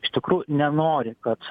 iš tikrųjų nenori kad